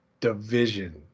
division